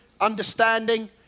Understanding